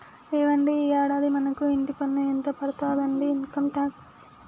ఏవండి ఈ యాడాది మనకు ఇంటి పన్ను ఎంత పడతాదండి ఇన్కమ్ టాక్స్